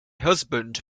husband